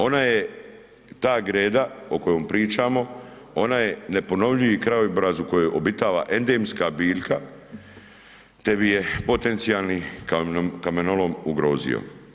Ona je, ta Greda o kojoj pričamo, ona je neponovljivi krajobraz u kojoj obitava endemska biljka te bi je potencijalni kamenolom ugrozio.